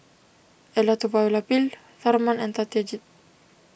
Elattuvalapil Tharman and Satyajit